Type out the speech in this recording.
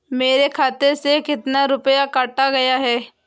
मेरे खाते से कितना रुपया काटा गया है?